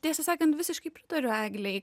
tiesą sakant visiškai pritariu eglei